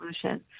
solution